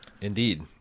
Indeed